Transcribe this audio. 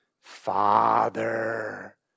Father